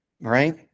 Right